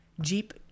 Jeep